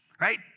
right